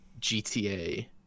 GTA